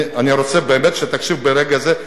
אני רוצה באמת שתקשיב ברגע זה,